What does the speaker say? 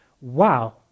wow